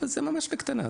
אבל זה ממש בקטנה,